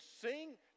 sing